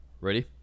Ready